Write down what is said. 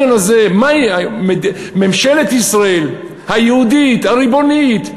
הסמל הזה, ממשלת ישראל היהודית, הריבונית,